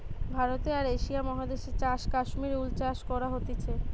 ভারতে আর এশিয়া মহাদেশে চাষ কাশ্মীর উল চাষ করা হতিছে